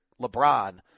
LeBron